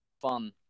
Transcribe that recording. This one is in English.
fun